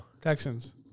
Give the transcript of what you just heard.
Texans